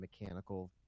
mechanical